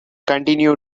continue